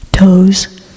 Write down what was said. Toes